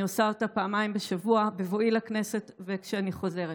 אני עושה אותה פעמיים בשבוע בבואי לכנסת וכשאני חוזרת.